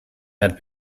had